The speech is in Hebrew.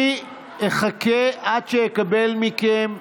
אני אחכה עד שאקבל מכם,